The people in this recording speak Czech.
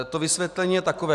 To vysvětlení je takové.